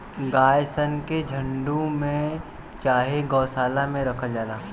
गाय सन के झुण्ड में चाहे गौशाला में राखल जाला